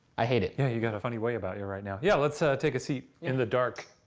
i hate it. yeah, you've got a funny way about you right now. yeah, let's so take a seat in the dark.